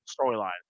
storyline